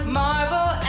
marvel